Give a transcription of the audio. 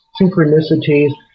synchronicities